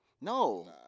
No